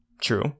True